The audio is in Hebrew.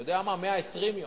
אתה יודע מה, 120 יום,